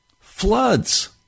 floods